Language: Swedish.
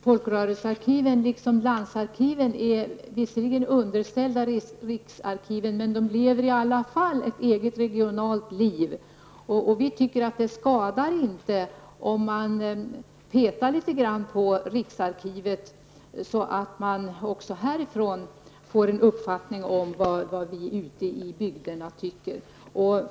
Folkrörelsearkiven, liksom landsarkiven, är visserligen underställda riksarkivet, men de lever i alla fall ett eget regionalt liv. Vi tycker att det inte skadar att peta litet grand på riksarkivet, så att man också där får en uppfattning om vad vi ute i bygderna tycker.